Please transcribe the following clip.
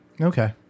Okay